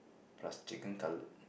plus chicken cutlet